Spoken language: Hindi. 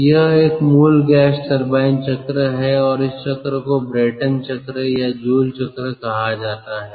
तो यह एक मूल गैस टरबाइन चक्र है और इस चक्र को ब्रेटन चक्र या जूल चक्र कहा जाता है